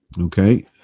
Okay